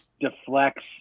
deflects